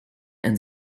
and